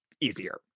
easier